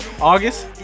August